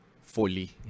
fully